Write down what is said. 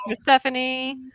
stephanie